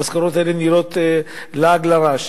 המשכורות האלה נראות לעג לרש.